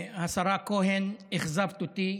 השרה כהן, אכזבת אותי,